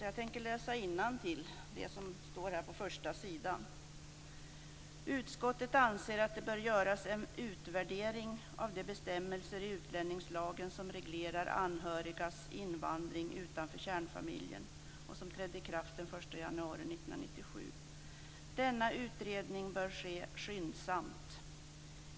Jag tänker läsa innantill ur det som står på första sidan av betänkandet: "Utskottet anser att det bör göras en utvärdering av de bestämmelser i utlänningslagen som reglerar anhörigas invandring utanför kärnfamiljen och som trädde i kraft den 1 januari 1997. Denna utredning bör ske skyndsamt.